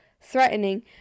threatening